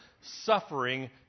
suffering